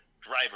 driver